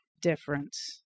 difference